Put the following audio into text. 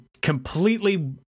completely